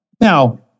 Now